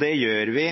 Det gjør vi